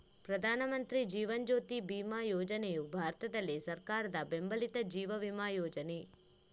ಪ್ರಧಾನ ಮಂತ್ರಿ ಜೀವನ್ ಜ್ಯೋತಿ ಬಿಮಾ ಯೋಜನೆಯು ಭಾರತದಲ್ಲಿ ಸರ್ಕಾರದ ಬೆಂಬಲಿತ ಜೀವ ವಿಮಾ ಯೋಜನೆ